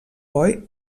boi